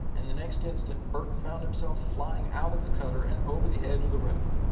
and the next instant bert found himself flying out of the cutter and over the edge of the road.